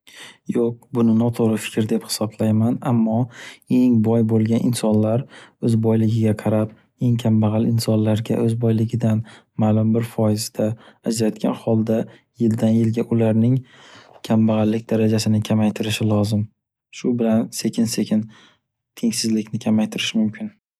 Yo’q, buni noto’g’ri fikr deb hisoblayman. Ammo, eng boy bo’lgan insonlar o’z boyligiga qarab kambag’al insonlarga o’z boyligidan malum bir foizda ajratgan holda yildan-yilga ularning kambag’allik darajasini kamaytirishi lozim. Shu bilan sekin-sekin tengsizlikni kamaytirish mumkin.